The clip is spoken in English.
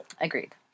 Agreed